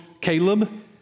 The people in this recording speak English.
Caleb